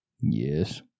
Yes